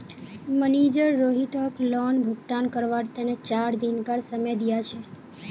manager रोहितक loan भुगतान करवार तने चार दिनकार समय दिया छे